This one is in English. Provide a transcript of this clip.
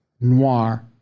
noir